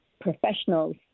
professionals